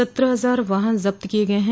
सत्रह हजार वाहन जब्त किये गये है